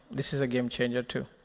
this is a game-changer, too.